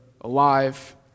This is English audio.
alive